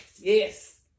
Yes